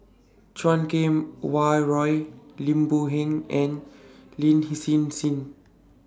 Chan Kum Wah Roy Lim Boon Heng and Lin Hsin Hsin